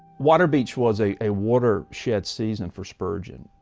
waterbeach was a a watershed season for spurgeon.